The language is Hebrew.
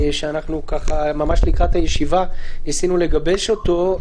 שממש לקראת הישיבה ניסינו לגבש אותו.